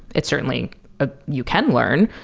it's certainly ah you can learn,